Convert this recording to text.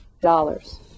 dollars